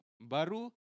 Baru